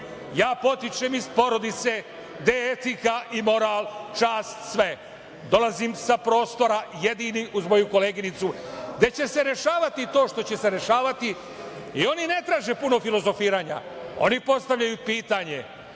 potičem iz porodice gde je etika i moral, čast sve. Dolazim sa prostora jedini, uz moju koleginicu, gde će se rešavati to što će se rešavati, i oni ne traže puno filozofiranja, oni postavljaju pitanje,